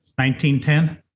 1910